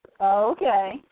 Okay